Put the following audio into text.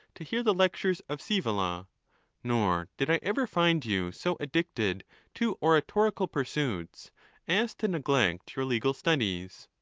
to hear the lectures of scevola nor did i ever find you so addicted to oratorical pursuits as to neglect your legal studies.